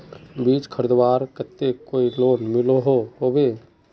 बीज खरीदवार केते कोई लोन मिलोहो होबे?